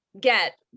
get